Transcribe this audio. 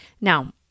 Now